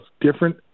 different